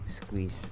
squeeze